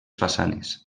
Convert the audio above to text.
façanes